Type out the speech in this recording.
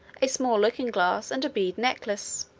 a small looking-glass, and a bead necklace.